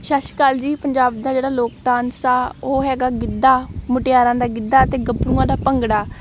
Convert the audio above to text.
ਸਤਿ ਸ਼੍ਰੀ ਅਕਾਲ ਜੀ ਪੰਜਾਬ ਦਾ ਜਿਹੜਾ ਲੋਕ ਡਾਂਸ ਆ ਉਹ ਹੈਗਾ ਗਿੱਧਾ ਮੁਟਿਆਰਾਂ ਦਾ ਗਿੱਧਾ ਅਤੇ ਗੱਭਰੂਆਂ ਦਾ ਭੰਗੜਾ